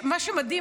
מה שמדהים,